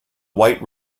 white